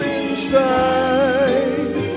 inside